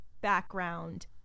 background